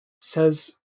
says